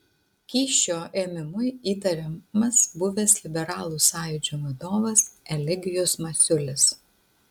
kyšio ėmimu įtariamas buvęs liberalų sąjūdžio vadovas eligijus masiulis